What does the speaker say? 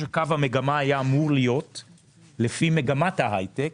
שקו המגמה היה אמור להיות לפי מגמת ההייטק,